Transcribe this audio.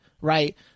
right